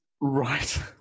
Right